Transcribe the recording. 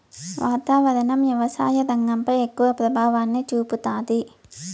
వాతావరణం వ్యవసాయ రంగంపై ఎక్కువ ప్రభావాన్ని చూపుతాది